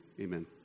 amen